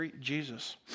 Jesus